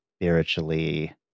spiritually